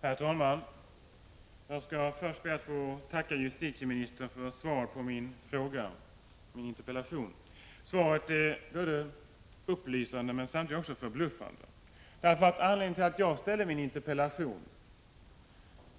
Herr talman! Jag skall först be att få tacka justitieministern för svaret på min interpellation. Svaret är upplysande, men samtidigt också förbluffande. Anledningen till att jag ställde interpellationen